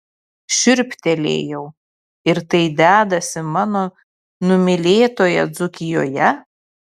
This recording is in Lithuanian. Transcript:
šiurptelėjau ir tai dedasi mano numylėtoje dzūkijoje